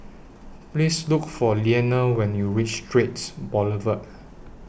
Please Look For Leaner when YOU REACH Straits Boulevard